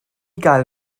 gael